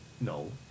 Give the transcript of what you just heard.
No